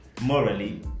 morally